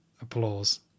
Applause